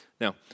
Now